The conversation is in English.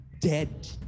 dead